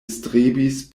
strebis